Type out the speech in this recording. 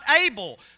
able